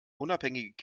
unabhängige